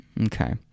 okay